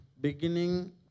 beginning